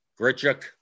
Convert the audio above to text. Grichuk